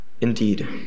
Indeed